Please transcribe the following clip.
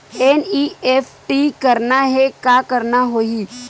NEFT करना हे का करना होही?